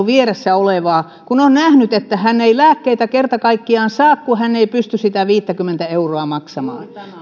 vieressä olevaa kun on nähnyt että hän ei lääkkeitä kerta kaikkiaan saa kun hän ei pysty sitä viittäkymmentä euroa maksamaan